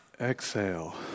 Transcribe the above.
Exhale